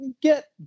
get